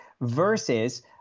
versus